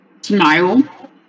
smile